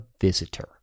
Visitor